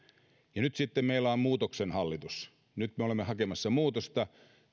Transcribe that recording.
nyt sitten meillä on muutoksen hallitus nyt me olemme hakemassa muutosta